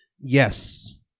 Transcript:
Yes